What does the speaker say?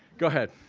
go ahead.